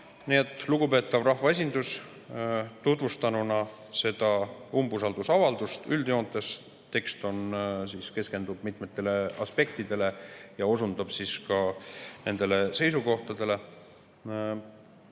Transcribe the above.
Lugupeetav rahvaesindus! Tutvustanuna seda umbusaldusavaldust üldjoontes – tekst keskendub mitmetele aspektidele ja osundab ka teatud seisukohtadele